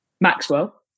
Maxwell